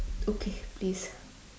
okay please